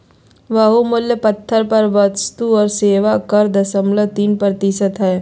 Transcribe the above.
बहुमूल्य पत्थर पर वस्तु और सेवा कर दशमलव तीन प्रतिशत हय